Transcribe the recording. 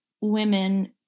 women